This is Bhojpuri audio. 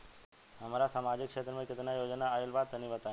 हमरा समाजिक क्षेत्र में केतना योजना आइल बा तनि बताईं?